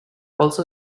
also